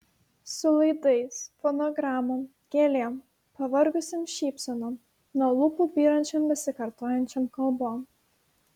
su laidais fonogramom gėlėm pavargusiom šypsenom nuo lūpų byrančiom besikartojančiom kalbom